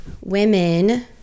women